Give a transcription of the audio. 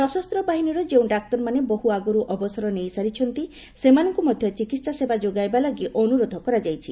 ସଶସ୍ତ୍ର ବାହିନୀର ଯେଉଁ ଡାକ୍ତରମାନେ ବହୁ ଆଗରୁ ଅବସର ନେଇ ସାରିଛନ୍ତି ସେମାନଙ୍କୁ ମଧ୍ୟ ଚିକିତ୍ସା ସେବା ଯୋଗାଇବା ଲାଗି ଅନୁରୋଧ କରାଯାଇଛି